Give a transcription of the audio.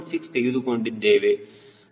6 ತೆಗೆದುಕೊಂಡಿದ್ದೇವೆ